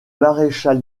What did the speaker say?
maréchal